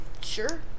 Sure